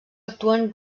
actuen